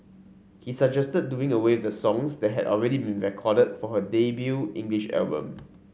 he suggested doing away with the songs that had already been recorded for her debut English album